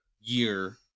year